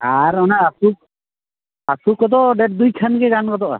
ᱟᱨ ᱚᱱᱟ ᱟᱹᱥᱩ ᱟᱹᱥᱩ ᱠᱚᱫᱚ ᱰᱷᱮᱨ ᱫᱤᱱ ᱠᱷᱟᱱ ᱜᱮ ᱜᱟᱱᱚ ᱜᱚᱫᱚᱜᱼᱟ